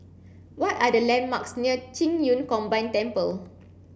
what are the landmarks near Qing Yun Combined Temple